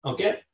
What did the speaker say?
Okay